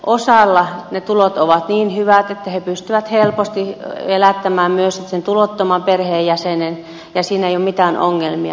osalla ne tulot ovat niin hyvät että he pystyvät helposti elättämään myös sitten sen tulottoman perheenjäsenen ja siinä ei ole mitään ongelmia